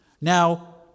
Now